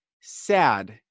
sad